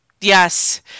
yes